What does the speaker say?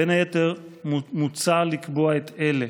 בין היתר מוצע לקבוע את אלה: